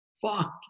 Fuck